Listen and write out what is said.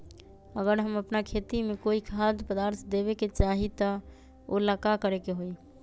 अगर हम अपना खेती में कोइ खाद्य पदार्थ देबे के चाही त वो ला का करे के होई?